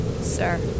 Sir